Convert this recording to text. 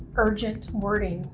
urgent! warning,